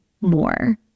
more